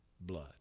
blood